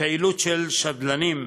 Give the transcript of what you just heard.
פעילות של שדלנים,